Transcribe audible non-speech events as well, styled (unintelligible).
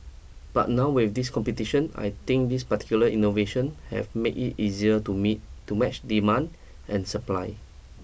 but now with this competition I think this particular innovation have made it easier to (unintelligible) to match demand and supply